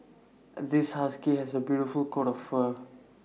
this husky has A beautiful coat of fur